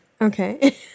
okay